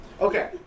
Okay